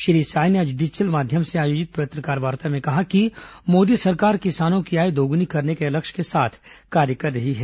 श्री साय ने आज डिजिटल माध्यम से आयोजित पत्रकारवार्ता में कहा कि मोदी सरकार किसानों की आय दोगुनी करने के लक्ष्य के साथ कार्य कर रही है